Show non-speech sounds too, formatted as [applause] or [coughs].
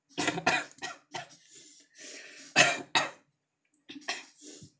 [coughs]